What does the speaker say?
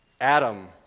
Adam